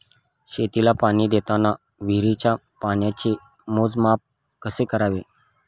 शेतीला पाणी देताना विहिरीच्या पाण्याचे मोजमाप कसे करावे?